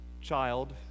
child